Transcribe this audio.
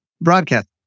broadcast